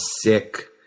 sick